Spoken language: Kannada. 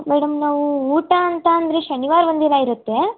ಮೇಡಮ್ ನಾವು ಊಟ ಅಂತ ಅಂದರೆ ಶನಿವಾರ ಒಂದಿನ ಇರುತ್ತೆ